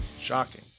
Shocking